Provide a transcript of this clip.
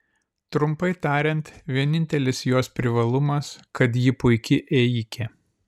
trumpai tariant vienintelis jos privalumas kad ji puiki ėjikė